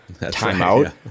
timeout